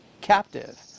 captive